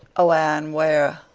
oh, anne, where?